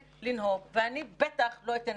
אני לא יודע.